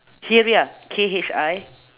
khiriah K H I